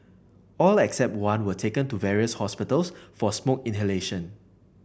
all except one were taken to various hospitals for smoke inhalation